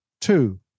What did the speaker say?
two